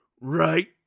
right